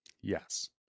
Yes